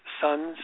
sons